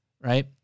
right